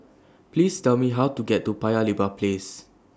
Please Tell Me How to get to Paya Lebar Place